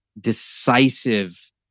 decisive